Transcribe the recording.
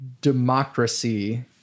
democracy